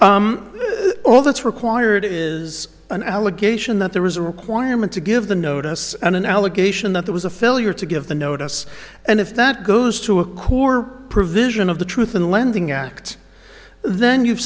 that's required is an allegation that there was a requirement to give the notice and an allegation that there was a failure to give the notice and if that goes to a core provision of the truth in lending act then you've